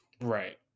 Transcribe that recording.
Right